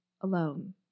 alone